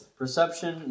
perception